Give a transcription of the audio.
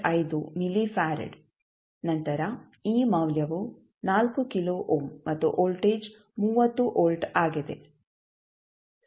5 millifarad ನಂತರ ಈ ಮೌಲ್ಯವು 4 ಕಿಲೋ ಓಮ್ ಮತ್ತು ವೋಲ್ಟೇಜ್ 30 ವೋಲ್ಟ್ ಆಗಿದೆ